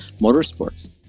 motorsports